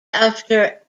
after